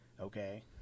okay